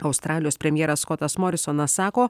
australijos premjeras skotas morisonas sako